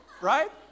Right